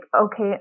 okay